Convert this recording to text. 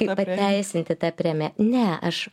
kaip pateisinti tą preme ne aš